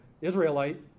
Israelite